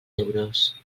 euros